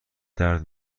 درد